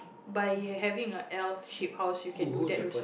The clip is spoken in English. by having a L shape house you can do that also